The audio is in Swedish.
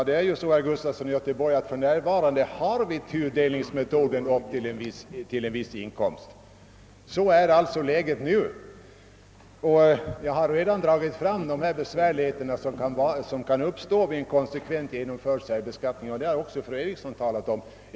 Herr talman! För närvarande gäller ju, herr Gustafson i Göteborg, tudelningsprincipen upp till en viss inkomst. Det är alltså läget nu. Jag har redan nämnt de besvärligheter som kan uppstå vid en konsekvent genomförd särbeskattning, och det har också fru Eriksson i Stockholm talat om.